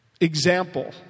example